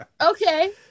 okay